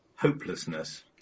hopelessness